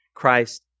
Christ